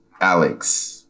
alex